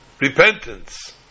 repentance